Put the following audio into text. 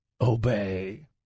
obey